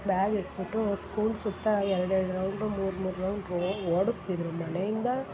bag ಇಟ್ಬಿಟ್ಟು school ಸುತ್ತಾ ೆರಡು ಎರಡು ರೌಂಡು ಮೂರು ಮೂರು ರೌಂಡು ಓಡುಸ್ತಿದ್ದರು ಮನೆಯಿಂದ